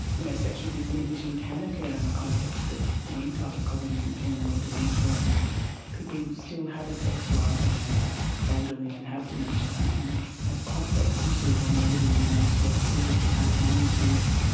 you know, sexual disinhibition can occur in the context of any type of cognitive impairment or dementia, and people still have a sex drive when they are elderly and have dementia and it's a complex issue when they are living in an aged care facility, how to manage this.